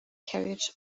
carriage